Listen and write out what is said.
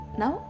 now